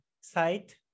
site